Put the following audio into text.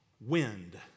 wind